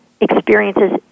experiences